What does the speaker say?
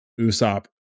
Usopp